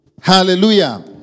Hallelujah